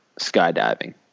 skydiving